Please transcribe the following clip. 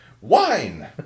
wine